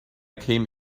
came